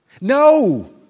No